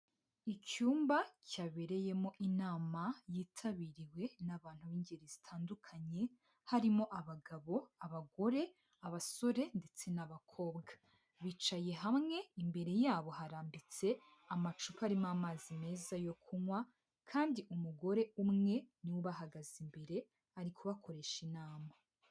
Icyumba cyabereyemo inama yitabiriwe n'abantu b'ingeri zitandukanye, harimo abagabo, abagore, abasore ndetse n'abakobwa. Bicaye hamwe, imbere yabo harambitse amacupa arimo amazi meza yo kunywa kandi umugore umwe ni we ubahagaze imbere, ari kubakoresha inama.